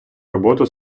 роботу